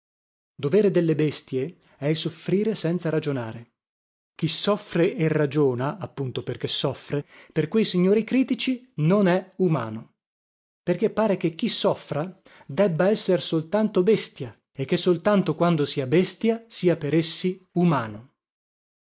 dovere delle bestie è il soffrire senza ragionare chi soffre e ragiona appunto perché soffre per quei signori critici non è umano perché pare che chi soffra debba esser soltanto bestia e che soltanto quando sia bestia sia per essi umano